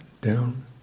down